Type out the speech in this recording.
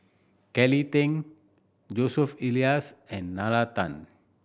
Kelly Tang Joseph Elias and Nalla Tan